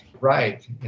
Right